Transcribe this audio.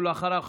ואחריו,